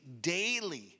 daily